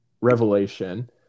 Revelation